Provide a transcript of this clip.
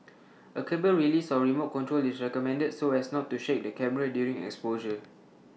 A cable release or remote control is recommended so as not to shake the camera during exposure